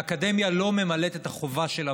והאקדמיה לא ממלאת את החובה שלה